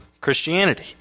Christianity